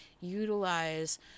utilize